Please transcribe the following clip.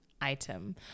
item